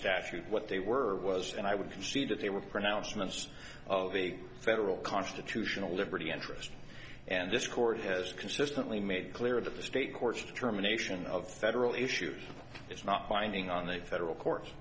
statute what they were was and i would concede that they were pronouncements of the federal constitutional liberty interest and this court has consistently made clear that the state courts determination of federal issues is not binding on the federal